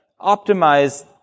optimize